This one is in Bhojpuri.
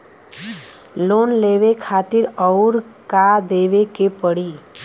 लोन लेवे खातिर अउर का देवे के पड़ी?